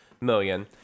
million